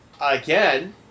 again